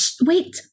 Wait